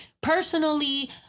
personally